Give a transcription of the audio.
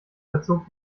verzog